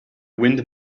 wind